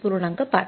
५